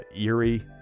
eerie